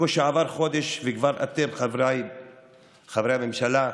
בקושי עבר חודש וכבר אתם, חבריי חברי הממשלה,